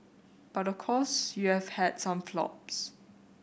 but of course you have had some flops